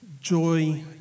joy